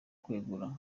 kwegura